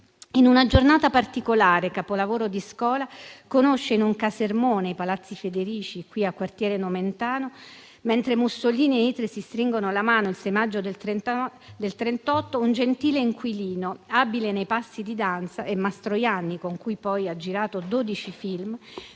In «Una giornata particolare», capolavoro di Scola, conosce in un casermone, i palazzi Federici qui al quartiere Nomentano, mentre Mussolini e Hitler si stringono la mano il 6 maggio 1938, un gentile inquilino, abile nei passi di danza - è Mastroianni, con cui poi ha girato dodici